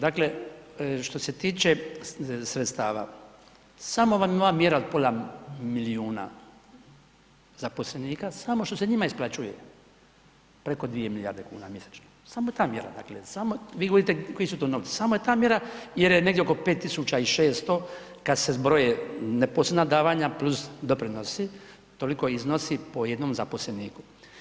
Dakle, što se tiče sredstava samo vam ova mjera od pola milijuna zaposlenika samo što se njima isplaćuje preko 2 milijarde kuna mjesečno, samo ta mjera dakle, samo, vi govorite koji su to novci, samo je ta mjera jer je negdje oko 5.600 kad se zbroje neposredna davanja plus doprinosi toliko iznosi po jednom zaposleniku.